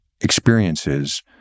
experiences